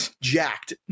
jacked